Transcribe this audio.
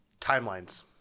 timelines